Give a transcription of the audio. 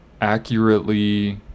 accurately